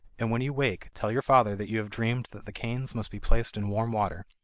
and when you wake, tell your father that you have dreamed that the canes must be placed in warm water.